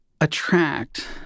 attract